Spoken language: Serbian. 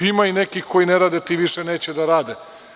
Ima i nekih koji ne rade, ti više neće da rade.